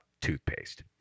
toothpaste